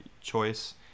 choice